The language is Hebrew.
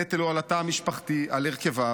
הנטל הוא על התא המשפחתי על הרכביו.